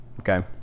Okay